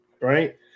right